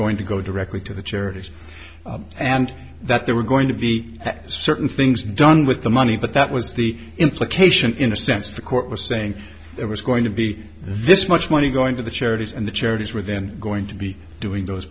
going to go directly to the charities and that there were going to be certain things done with the money but that was the implication in a sense the court was saying there was going to be this much money going to the charities and the charities were then going to be doing those